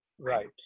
right